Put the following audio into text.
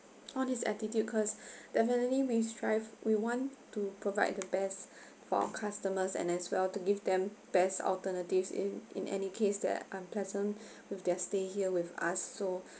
on his attitude cause definitely we strive we want to provide the best for our customers and as well to give them best alternatives in in any case that unpleasant with their stay here with us so